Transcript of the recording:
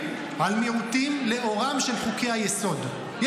איזו הגנה יש לשכבות שבצדדים, לקהילה הלהט"בית?